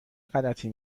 غلطی